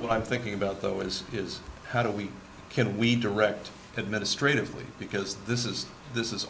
but i'm thinking about though is is how do we can we direct administratively because this is this is